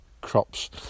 crops